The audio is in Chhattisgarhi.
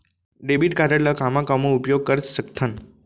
डेबिट कारड ला कामा कामा उपयोग कर सकथन?